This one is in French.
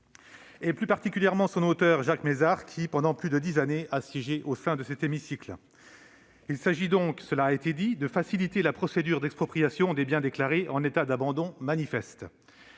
et plus particulièrement son auteur, Jacques Mézard, qui a siégé, pendant plus de dix années, au sein de cet hémicycle. Il s'agit donc, cela a été dit, de faciliter la procédure d'expropriation des biens déclarés en état d'abandon manifeste.